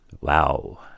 Wow